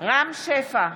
רם שפע,